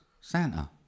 Santa